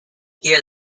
here